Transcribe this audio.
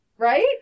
Right